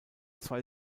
zwei